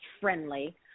friendly